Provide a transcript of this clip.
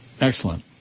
Excellent